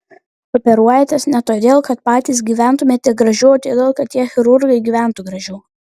operuojatės ne todėl kad patys gyventumėte gražiau o todėl kad tie chirurgai gyventų gražiau